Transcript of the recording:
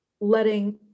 letting